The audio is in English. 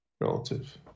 relative